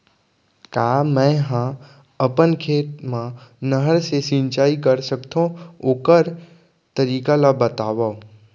का मै ह अपन खेत मा नहर से सिंचाई कर सकथो, ओखर तरीका ला बतावव?